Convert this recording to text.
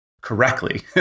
correctly